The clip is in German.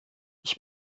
ich